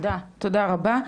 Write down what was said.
תודה רבה.